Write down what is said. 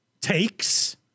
takes